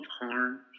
harm